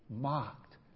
mocked